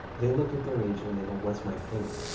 they looked at their agent and they go, what's my payment?